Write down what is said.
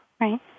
Right